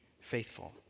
faithful